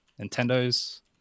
Nintendo's